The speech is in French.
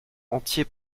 entier